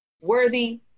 worthy